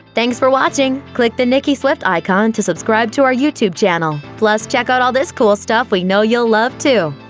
thanks for watching! click the nicki swift icon to subscribe to our youtube channel. plus check out all this cool stuff we know you'll love, too!